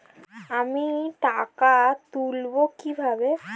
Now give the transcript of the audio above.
আমি টাকা তুলবো কি ভাবে?